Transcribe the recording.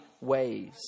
ways